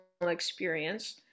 experience